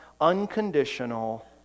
unconditional